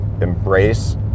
embrace